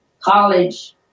college